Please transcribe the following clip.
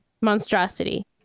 monstrosity